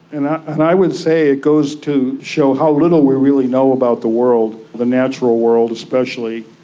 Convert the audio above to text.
and i and i would say it goes to show how little we really know about the world, the natural world especially.